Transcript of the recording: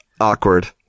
Awkward